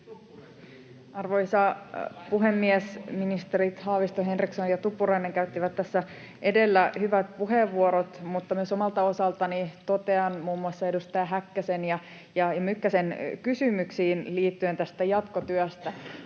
Arvoisa puhemies! Ministerit Haavisto, Henriksson ja Tuppurainen käyttivät tässä edellä hyvät puheenvuorot, mutta myös omalta osaltani totean muun muassa edustaja Häkkäsen ja edustaja Mykkäsen kysymyksiin liittyen jatkotyöhön: